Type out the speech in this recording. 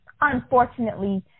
unfortunately